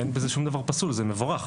אין בזה שום פסול, זה מבורך.